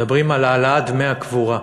מדברים על העלאת דמי הקבורה.